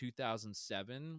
2007